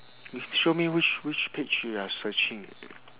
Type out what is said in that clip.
show me which which page you are searching